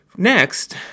Next